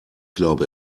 glaube